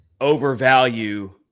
overvalue